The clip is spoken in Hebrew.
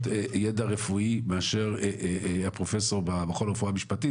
ידע רפואי מאשר הפרופסור במכון לרפואה משפטית,